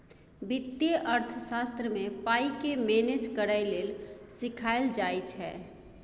बित्तीय अर्थशास्त्र मे पाइ केँ मेनेज करय लेल सीखाएल जाइ छै